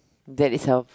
that is health